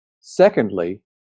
Secondly